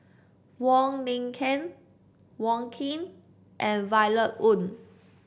Wong Lin Ken Wong Keen and Violet Oon